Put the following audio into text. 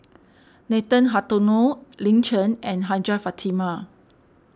Nathan Hartono Lin Chen and Hajjah Fatimah